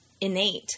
innate